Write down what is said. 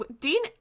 dean